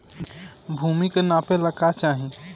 भूमि के नापेला का चाही?